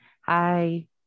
Hi